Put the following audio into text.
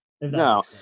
no